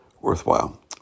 worthwhile